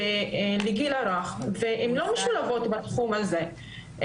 לגיל הרך והן לא משולבות בתחום הזה.